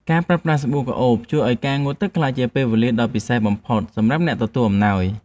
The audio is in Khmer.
ការប្រើប្រាស់សាប៊ូក្រអូបជួយឱ្យការងូតទឹកក្លាយជាពេលវេលាដ៏ពិសេសបំផុតសម្រាប់អ្នកទទួលអំណោយ។